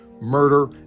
murder